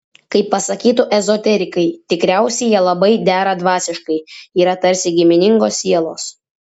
kaip pasakytų ezoterikai tikriausiai jie labai dera dvasiškai yra tarsi giminingos sielos